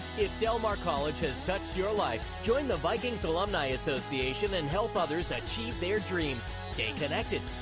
if del mar college has touched your life, join the vikings alumni association and help others achieve their dreams. stay connected,